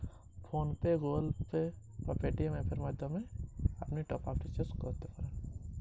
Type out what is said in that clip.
আমার Airtel sim এ কিভাবে টপ আপ রিচার্জ করবো?